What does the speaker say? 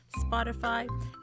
Spotify